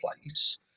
place